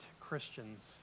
Christians